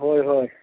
ꯍꯣꯏ ꯍꯣꯏ